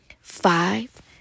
Five